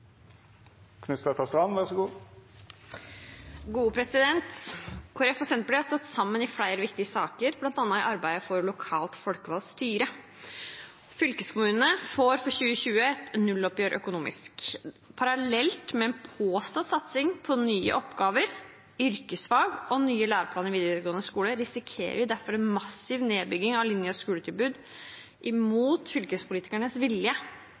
og Senterpartiet har stått sammen i flere viktige saker, bl.a. i arbeidet for lokalt folkevalgt styre. Fylkeskommunene får for 2020 et nulloppgjør økonomisk. Parallelt med en påstått satsing på nye oppgaver, yrkesfag og nye læreplaner i videregående skole risikerer vi derfor en massiv nedbygging av linje- og skoletilbud – imot fylkespolitikernes vilje.